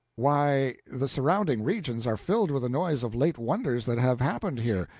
why, the surrounding regions are filled with the noise of late wonders that have happened here!